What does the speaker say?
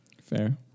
Fair